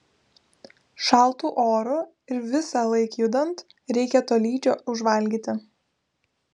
šaltu oru ir visąlaik judant reikia tolydžio užvalgyti